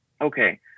okay